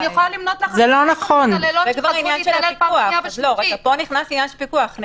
אני יכולה למנות לך --- אז פה נכנס עניין של פיקוח.